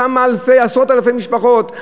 כמה עשרות אלפי משפחות,